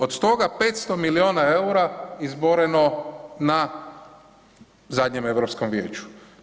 Od toga 500 miliona EUR-a izboreno na zadnjem Europskom vijeću.